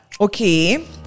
Okay